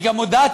אני גם הודעתי,